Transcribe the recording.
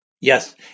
yes